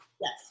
Yes